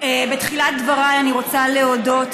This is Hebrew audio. בתחילת דבריי אני רוצה להודות